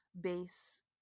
base